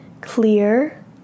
clear